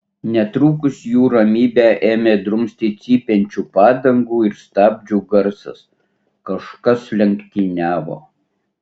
netrukus jų ramybę ėmė drumsti cypiančių padangų ir stabdžių garsas kažkas lenktyniavo